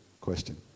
question